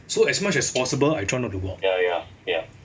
so as much as possible I try not to go out